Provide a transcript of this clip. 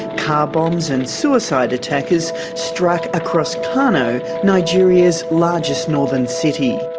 car bombs and suicide attackers struck across kano, nigeria's largest northern city.